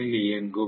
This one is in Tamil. ல் இயங்கும்